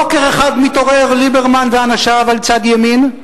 בוקר אחד מתעורר ליברמן ואנשיו על צד ימין,